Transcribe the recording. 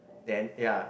then ya